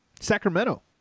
Sacramento